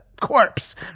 corpse